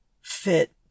fit